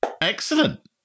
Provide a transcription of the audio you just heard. Excellent